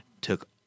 took